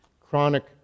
Chronic